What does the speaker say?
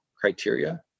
criteria